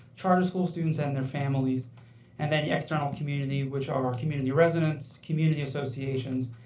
charter school students, and their families and any external community, which are are community residence, community associations,